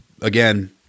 again